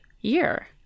year